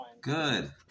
Good